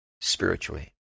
spiritually